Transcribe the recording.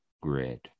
grid